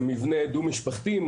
זה מבנה דו משפחתי,